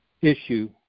issue